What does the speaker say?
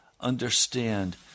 understand